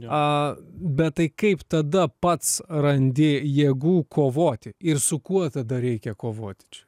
bet tai kaip tada pats randi jėgų kovoti ir su kuo tada reikia kovoti